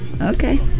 Okay